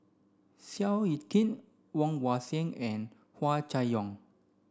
Seow Yit Kin Woon Wah Siang and Hua Chai Yong